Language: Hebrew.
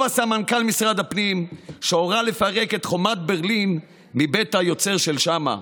טוב עשה מנכ"ל משרד הפנים שהורה לפרק את חומת ברלין מבית היוצר של שאמה.